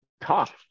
talk